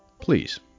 please